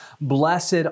Blessed